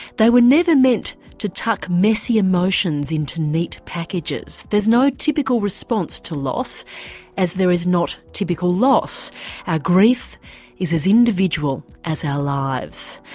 they were never meant to tuck messy emotions into neat packages, there is no typical response to loss as there is not typical loss. our grief is as individual as our lives.